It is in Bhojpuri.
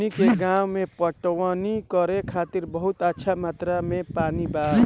हमनी के गांवे पटवनी करे खातिर बहुत अच्छा मात्रा में पानी बा